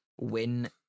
win